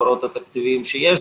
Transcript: המקורות התקציביים שיש.